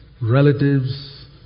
Relatives